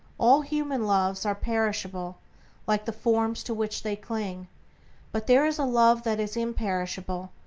all human loves are perishable like the forms to which they cling but there is a love that is imperishable,